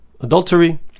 adultery